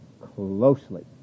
closely